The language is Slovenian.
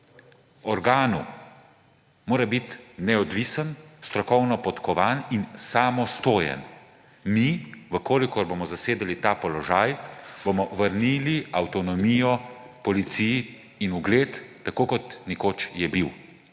organu, mora biti neodvisen, strokovno podkovan in samostojen. Mi, v kolikor bomo zasedali ta položaj, bomo vrnili avtonomijo in ugled Policiji, tako kot nekoč je bil.